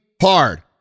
hard